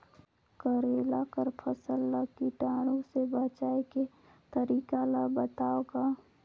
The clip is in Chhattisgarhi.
करेला कर फसल ल कीटाणु से बचाय के तरीका ला बताव ग?